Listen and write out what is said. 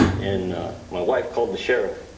and my wife called the sheriff.